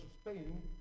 Spain